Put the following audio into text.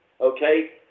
okay